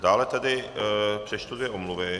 Dále tady přečtu dvě omluvy.